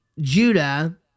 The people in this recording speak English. Judah